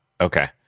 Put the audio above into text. okay